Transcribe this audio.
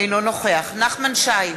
אינו נוכח נחמן שי,